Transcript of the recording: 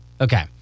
Okay